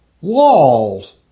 walls